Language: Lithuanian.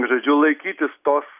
žodžiu laikytis tos